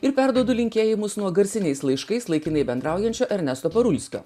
ir perduodu linkėjimus nuo garsiniais laiškais laikinai bendraujančių ernesto parulskio